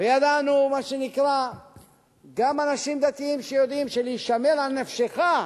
וידענו, גם אנשים דתיים יודעים שלהישמר לנפשך,